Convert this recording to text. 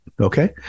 okay